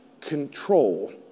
control